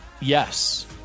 yes